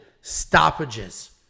stoppages